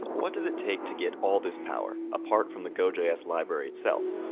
what does it take to get all this power, apart from the gojs library itself?